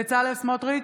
בצלאל סמוטריץ'